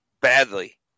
Badly